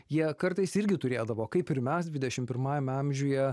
jie kartais irgi turėdavo kaip ir mes dvidešim pirmajame amžiuje